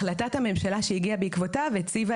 החלטת הממשלה שהגיעה בעקבותיו הציבה